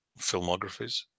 filmographies